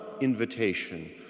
invitation